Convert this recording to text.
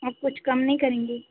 आप कुछ कम नहीं करेंगी